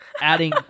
Adding